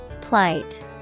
Plight